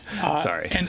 sorry